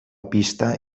pista